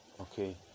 okay